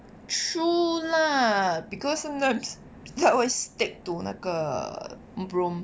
true lah because sometimes that was stick to 那个 broom